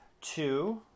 two